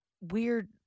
weird